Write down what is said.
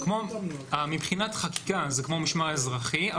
מבחינת חקיקה זה כמו משמר אזרחי,